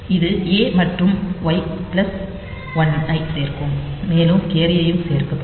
இது A மற்றும் Y plus 1 ஐ சேர்க்கும் மேலும் கேரியும் சேர்க்கப்படும்